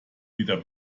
wieder